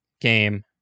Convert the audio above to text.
game